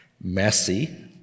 Messy